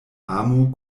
amo